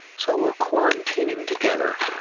so we're quarantining together.